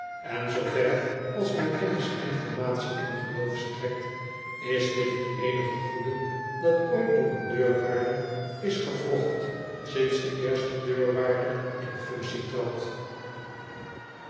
en zoover als mijn kennis informatie en geloof strekt is dit t eenige goede dat ooit door een deurwaarder is gewrocht sinds de eerste deurwaarder in functie trad